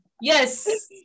Yes